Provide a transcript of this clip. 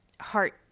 heart